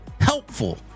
HELPFUL